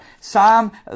Psalm